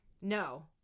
no